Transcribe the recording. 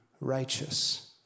righteous